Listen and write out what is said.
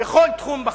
בכל תחום בחיים?